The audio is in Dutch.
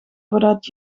voordat